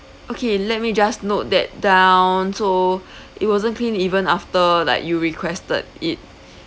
okay let me just note that down so it wasn't clean even after like you requested it